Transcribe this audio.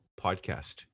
podcast